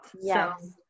yes